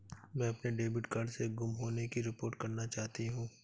मैं अपने debit card के गुम होने की रिपोर्ट करना चाहती हूँ